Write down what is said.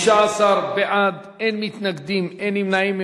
15 בעד, אין מתנגדים, אין נמנעים.